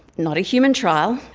not a human trial.